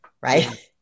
Right